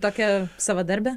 tokia savadarbė